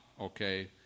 okay